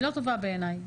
היא לא טובה בעיניי.